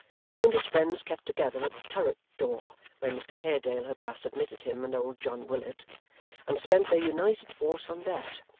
hugh and his friends kept together at the turret-door where mr haredale had last admitted him and old john willet and spent their united force on that.